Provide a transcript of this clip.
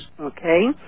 Okay